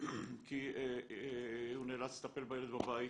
כי הוא נאלץ לטפל בילד בבית,